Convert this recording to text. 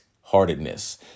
heartedness